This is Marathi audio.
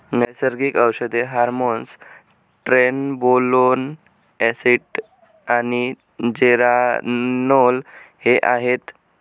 नैसर्गिक औषधे हार्मोन्स ट्रेनबोलोन एसीटेट आणि जेरानोल हे आहेत